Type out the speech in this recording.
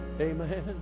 Amen